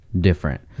different